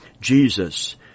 Jesus